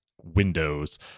windows